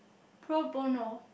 pro bono